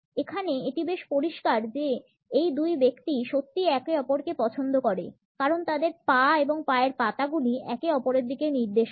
এখানে এটি বেশ পরিষ্কার যে এই দুই ব্যক্তি সত্যিই একে অপরকে পছন্দ করে কারণ তাদের পা এবং পা এর পাতা গুলি একে অপরের দিকে নির্দেশ করে